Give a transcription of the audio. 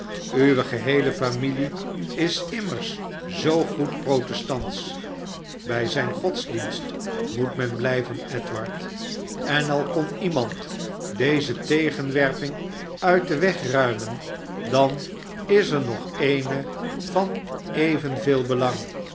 uwe geheele familie is zoo goed protestantsch bij zijn godsdienst moet men edward en al kon iemand deze tegenwerping uit denweg dan is er nog eene van evenveel belang